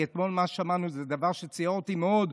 כי אתמול שמענו דבר שציער אותי מאוד,